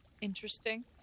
Interesting